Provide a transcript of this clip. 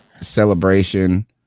celebration